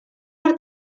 per